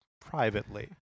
privately